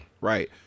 right